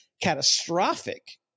catastrophic